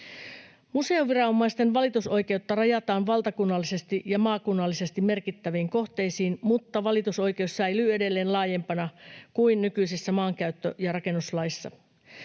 Museonviranomaisten valitusoikeutta rajataan valtakunnallisesti ja maakunnallisesti merkittäviin kohteisiin, mutta valitusoikeus säilyy edelleen laajempana kuin nykyisessä maankäyttö- ja rakennuslaissa.